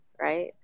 Right